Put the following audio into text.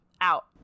out